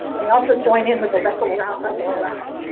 they also join in with the wrestle around, wrestle around.